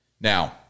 Now